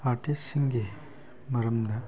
ꯑꯥꯔꯇꯤꯁꯁꯤꯡꯒꯤ ꯃꯔꯝꯗ